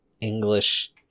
English